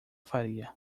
faria